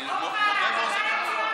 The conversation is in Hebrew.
ובא לציין גואל.